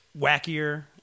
wackier